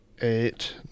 Eight